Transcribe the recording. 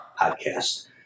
podcast